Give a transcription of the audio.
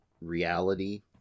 reality